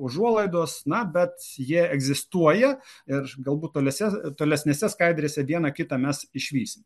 užuolaidos na bet jie egzistuoja ir galbūt tolesnes tolesnėse skaidrėse dieną kitą mes išvysim